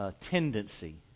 tendency